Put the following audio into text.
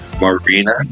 Marina